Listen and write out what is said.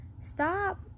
Stop